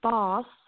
Boss